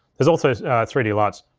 there's also three d luts,